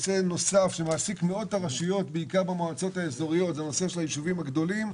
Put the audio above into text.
נושא נוסף שמעסיק את המועצות האזוריות הוא הנושא של היישובים הגדולים.